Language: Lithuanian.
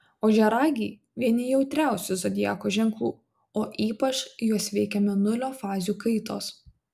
ožiaragiai vieni jautriausių zodiako ženklų o ypač juos veikia mėnulio fazių kaitos